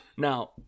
Now